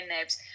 nebs